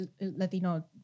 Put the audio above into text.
Latino